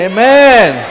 Amen